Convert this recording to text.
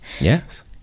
Yes